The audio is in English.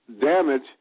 damage